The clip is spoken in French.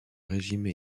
régime